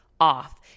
off